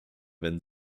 wenn